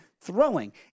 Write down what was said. throwing